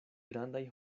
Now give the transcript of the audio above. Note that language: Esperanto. grandaj